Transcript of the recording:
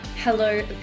Hello